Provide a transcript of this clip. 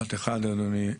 משפט אחד, אדוני.